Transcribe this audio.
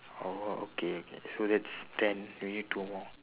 orh okay okay so that's ten we need two more